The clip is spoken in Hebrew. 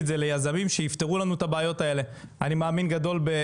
אני מאמין גדול בלבטל את הרגולציה כמה שיותר,